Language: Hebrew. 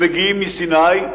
שמגיעים מסיני,